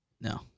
No